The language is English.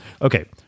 Okay